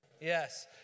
Yes